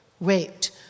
raped